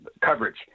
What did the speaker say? coverage